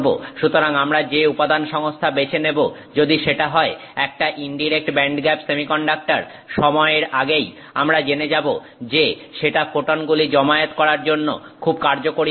সুতরাং আমরা যে উপাদান সংস্থা বেছে নেব যদি সেটা হয় একটা ইনডিরেক্ট ব্যান্ডগ্যাপ সেমিকন্ডাক্টর সময়ের আগেই আমরা জেনে যাব যে সেটা ফোটনগুলি জামায়েত করার জন্য খুব কার্যকরী হবে না